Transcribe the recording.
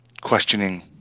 questioning